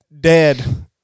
dead